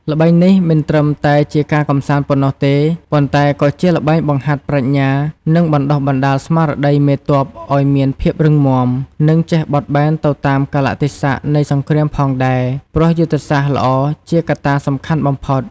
ល្បែងនេះមិនត្រឹមតែជាការកម្សាន្តប៉ុណ្ណោះទេ ប៉ុន្តែក៏ជាល្បែងបង្ហាត់ប្រាជ្ញា និងបណ្ដុះបណ្ដាលស្មារតីមេទ័ពឱ្យមានភាពរឹងមាំ និងចេះបត់បែនទៅតាមកាលៈទេសៈនៃសង្គ្រាមផងដែរ ព្រោះយុទ្ធសាស្ត្រល្អជាកត្តាសំខាន់បំផុត។